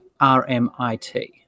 RMIT